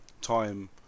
time